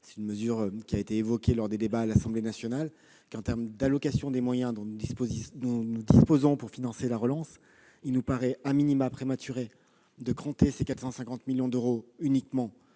une telle mesure a été évoquée lors des débats à l'Assemblée nationale. Au regard de l'allocation des moyens dont nous disposons pour financer la relance, il nous paraît prématuré de préempter ces 450 millions d'euros en